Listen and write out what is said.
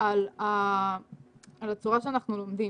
על הצורה שבה אנחנו לומדים,